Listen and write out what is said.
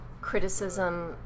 criticism